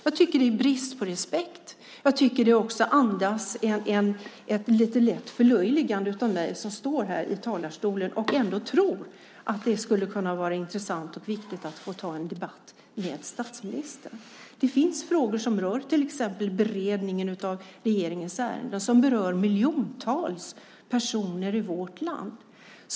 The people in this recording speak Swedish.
Det är en brist på respekt, och jag tycker att det även andas ett lätt förlöjligande av mig som står i talarstolen och tror att det skulle kunna vara intressant och viktigt att få ta en debatt med statsministern. Det finns frågor som till exempel rör beredningen av regeringens ärenden, som berör miljontals människor i vårt land.